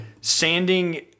Sanding